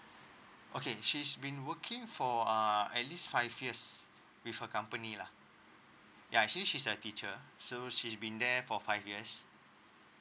okay she's been working for uh at least five years with a company lah ya actually she's a teacher so she's been there for five years